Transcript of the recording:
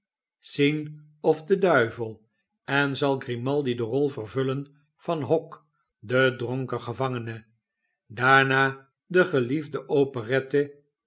sines of de duivel en zal grimaldi de rol vervullen van hock den dronken gevangene daarna de geliefde operette